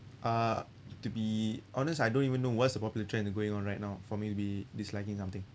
uh to be honest I don't even know what's the popular trend that going on right now for me to be disliking something